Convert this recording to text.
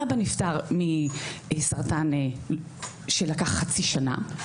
אבא נפטר מסרטן שלקח חצי שנה.